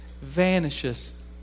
vanishes